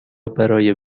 برای